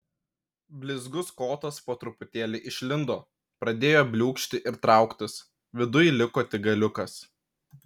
blizgus kotas po truputėlį išlindo pradėjo bliūkšti ir trauktis viduj liko tik galiukas